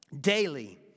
daily